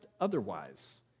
otherwise